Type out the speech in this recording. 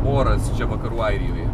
oras čia vakarų airijoje